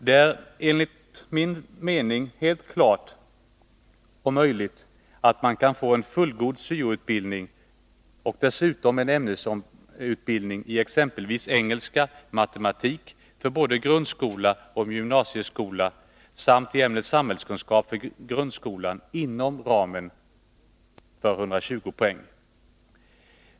Det är enligt min mening helt klart och möjligt att man kan få en fullgod syo-utbildning och dessutom en ämnesutbildning i exempelvis engelska eller matematik för både grundskola och gymnasieskola samt i ämnet samhällskunskap för grundskolan inom ramen för 120 poäng.